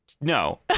no